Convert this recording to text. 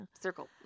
circle